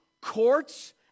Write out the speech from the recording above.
courts